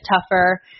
tougher